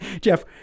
Jeff